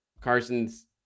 Carson's